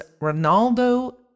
Ronaldo